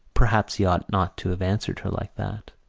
perhaps he ought not to have answered her like that.